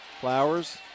Flowers